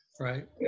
right